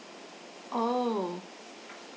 oh